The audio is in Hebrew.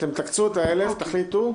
אתם תקצו את ה-1,000, תחליטו.